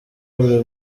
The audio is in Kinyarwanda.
buri